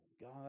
God